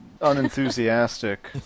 unenthusiastic